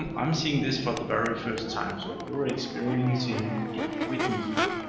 um i'm seeing this for the very first time so you are experiencing it with me.